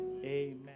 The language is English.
Amen